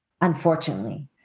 unfortunately